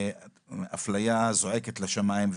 אפליה זועקת לשמים,